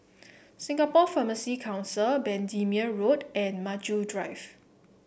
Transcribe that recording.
Singapore Pharmacy Council Bendemeer Road and Maju Drive